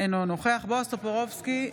אינו נוכח בועז טופורובסקי,